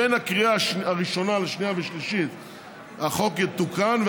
בין הקריאה הראשונה לשנייה ושלישית החוק יתוקן,